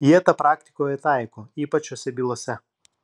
jie tą praktikoje taiko ypač šiose bylose